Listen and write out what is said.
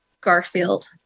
Garfield